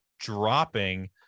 dropping